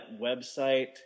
website